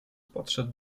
podszedł